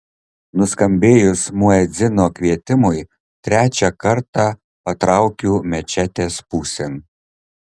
nuskambėjus muedzino kvietimui trečią kartą patraukiu mečetės pusėn